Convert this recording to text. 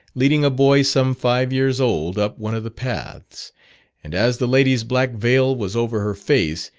leading a boy some five years old up one of the paths and as the lady's black veil was over her face,